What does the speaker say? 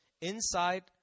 inside